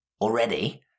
already